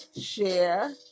share